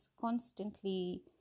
constantly